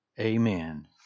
Amen